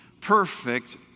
perfect